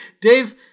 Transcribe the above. Dave